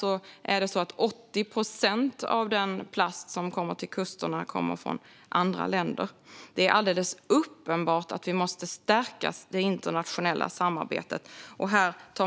80 procent av den plast som kommer till västkusten kommer från andra länder. Det är alldeles uppenbart att vi måste stärka det internationella samarbetet.